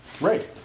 Right